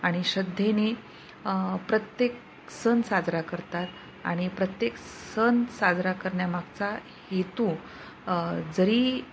आणि श्रद्धेनी प्रत्येक सण साजरा करतात आणि प्रत्येक सण साजरा करण्यामागचा हेतू जरी